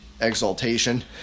exaltation